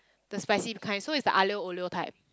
the spicy kind so is the aglio olio type